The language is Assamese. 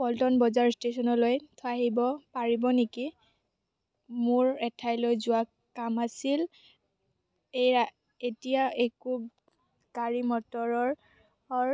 পল্টন বজাৰ ষ্টেছনলৈ থৈ আহিব পাৰিব নেকি মোৰ এঠাইলৈ যোৱা কাম আছিল এইয়া এতিয়া একো গাড়ী মটৰৰ অৰ